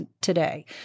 today